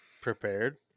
prepared